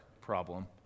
problem